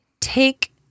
take